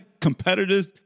competitors